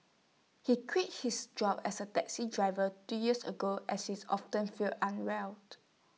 he quit his job as A taxi driver two years ago as she's often felt unwell